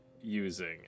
using